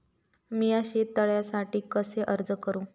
मीया शेत तळ्यासाठी कसो अर्ज करू?